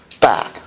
back